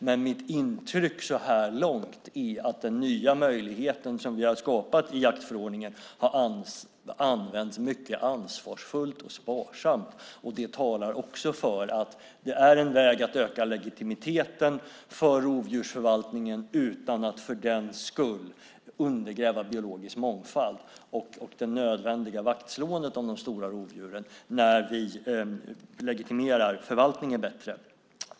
Men mitt intryck så här långt är att den nya möjlighet som vi ha skapat i jaktförordningen har använts mycket ansvarsfullt och sparsamt. Det talar också för att det är en väg att öka legitimiteten för rovdjursförvaltningen utan att för den skull undergräva biologisk mångfald och det nödvändiga vaktslåendet om de stora rovdjuren samtidigt som vi legitimerar förvaltningen bättre.